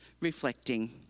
reflecting